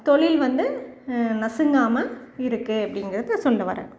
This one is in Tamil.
தொழில் வந்து நசுங்காமல் இருக்குது அப்படிங்கிறது சொல்ல வரேன்